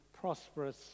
prosperous